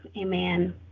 Amen